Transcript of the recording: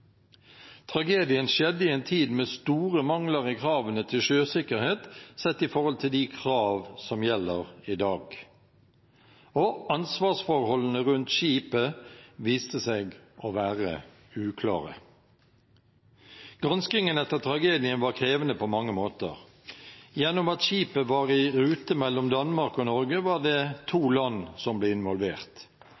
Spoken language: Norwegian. Tragedien skjedde i en tid med store mangler i kravene til sjøsikkerhet sett i forhold til de krav som gjelder i dag. Ansvarsforholdene rundt skipet viste seg å være uklare. Granskingen etter tragedien var krevende på mange måter. Gjennom det at skipet var i rute mellom Danmark og Norge, ble to